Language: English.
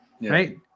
right